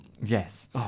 Yes